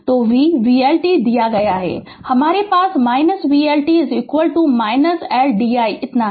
तो v vLt दिया गया है कि हमारे पास vLt L di इतना है